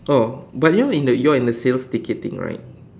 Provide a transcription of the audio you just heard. oh but you are in the you are in the sales ticketing right